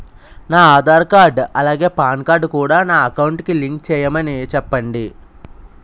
నా ఆధార్ కార్డ్ అలాగే PAN card కూడా నా అకౌంట్ కి లింక్ చేయమని చెప్పండి